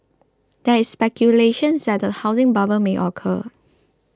there is speculation that a housing bubble may occur